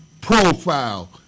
profile